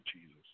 Jesus